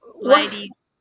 ladies